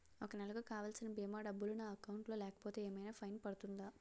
ఒక నెలకు కావాల్సిన భీమా డబ్బులు నా అకౌంట్ లో లేకపోతే ఏమైనా ఫైన్ పడుతుందా?